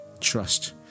trust